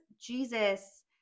jesus